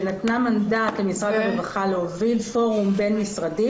שנתנה מנדט למשרד הרווחה להוביל פורום בין משרדי